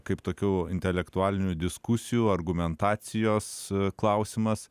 kaip tokių intelektualinių diskusijų argumentacijos klausimas